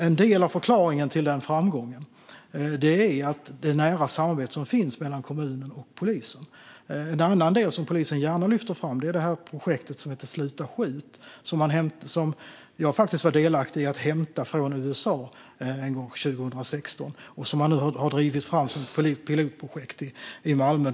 En del av förklaringen till framgången är det nära samarbete som finns mellan kommunen och polisen. En annan del som polisen gärna lyfter fram är projektet Sluta skjut. Jag var delaktig i att hämta det från USA 2016. Nu har man drivit detta som ett pilotprojekt i Malmö.